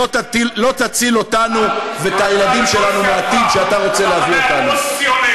לא תציל אותנו ואת הילדים שלנו מהעתיד שאתה רוצה להביא אותנו אליו.